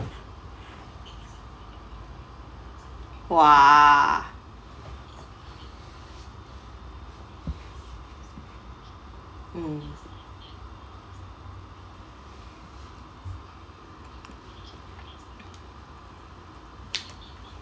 !wah! hmm